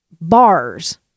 bars